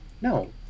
No